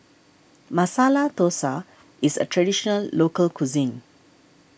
Masala Dosa is a Traditional Local Cuisine